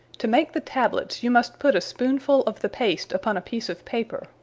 to make the tablets you must put a spoonfull of the paste upon a piece of paper,